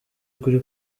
kuri